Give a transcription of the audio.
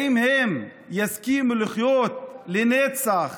האם הם יסכימו לחיות לנצח